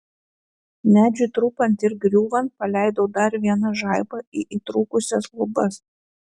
medžiui trupant ir griūvant paleidau dar vieną žaibą į įtrūkusias lubas